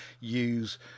use